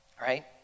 Right